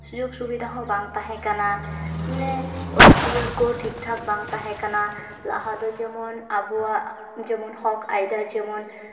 ᱥᱩᱡᱳᱜᱽ ᱥᱩᱵᱤᱫᱷᱟ ᱦᱚᱸ ᱵᱟᱝ ᱛᱟᱦᱮᱸ ᱠᱟᱱᱟ ᱢᱟᱱᱮ ᱚᱲᱟᱜ ᱫᱩᱣᱟᱹᱨ ᱠᱚ ᱴᱷᱤᱠ ᱴᱷᱟᱠ ᱵᱟᱝ ᱛᱟᱦᱮᱸ ᱠᱟᱱᱟ ᱞᱟᱦᱟ ᱫᱚ ᱡᱮᱢᱚᱱ ᱟᱵᱚᱣᱟᱜ ᱡᱮᱢᱚᱱ ᱦᱚᱠ ᱟᱹᱭᱫᱟᱹᱨ ᱡᱮᱢᱚᱱ